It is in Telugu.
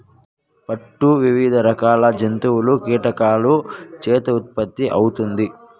పట్టు వివిధ రకాల జంతువులు, కీటకాల చేత ఉత్పత్తి అవుతుంది